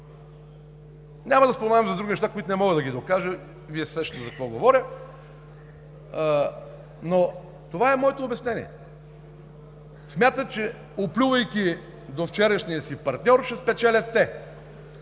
Няма да споменавам за други неща, които не мога да докажа, Вие се сещате за какво говоря. Това е моето обяснение: смятат, че, оплювайки довчерашния си партньор, ще спечелят те.